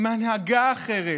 עם הנהגה אחרת,